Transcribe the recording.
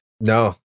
No